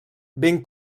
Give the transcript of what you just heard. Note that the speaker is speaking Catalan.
ben